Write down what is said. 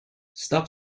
stop